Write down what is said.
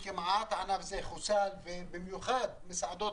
שהענף הזה כמעט חוסל ובמיוחד מסעדות